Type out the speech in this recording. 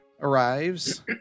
arrives